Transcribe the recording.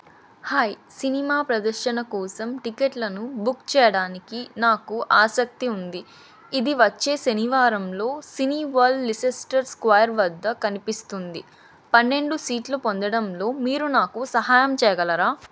hi cinema ప్రదర్శన కోసం టికెట్లను బుక్ చేయడానికి నాకు ఆసక్తి ఉంది ఇది వచ్చే శనివారంలో సినీవర్ల్డ్ లిసెస్టర్ స్క్వేర్ వద్ద కనిపిస్తుంది పన్నెండు సీట్లు పొందడంలో మీరు నాకు సహాయం చేయగలరా